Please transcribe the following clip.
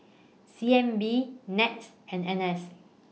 C N B Nets and N S